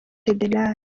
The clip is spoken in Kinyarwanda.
fédéral